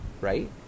right